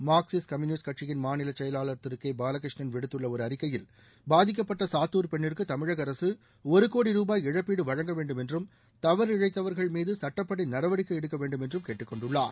Marxist Communist கட்சியின் மாநில செயலாளர் திரு கே பாலகிருஷ்ணன் விடுத்துள்ள ஒரு அறிக்கையில் பாதிக்கப்பட்ட சாத்தூர் பெண்ணிற்கு தமிழக அரசு ஒரு கோடி ரூபாய் இழப்பீடு வழங்க வேண்டும் என்றும் தவறிழைத்தவா்கள் மீது சுட்டப்படி நடவடிக்கை எடுக்க வேண்டும் என்றும் கேட்டுக்கொண்டுள்ளார்